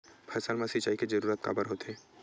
फसल मा सिंचाई के जरूरत काबर होथे?